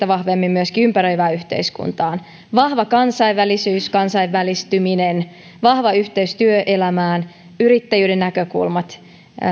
vahvemmin myöskin ympäröivään yhteiskuntaan vahva kansainvälisyys kansainvälistyminen vahva yhteys työelämään yrittäjyyden näkökulmat